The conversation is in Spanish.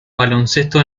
baloncesto